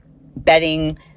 bedding